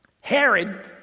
Herod